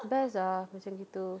best ah macam gitu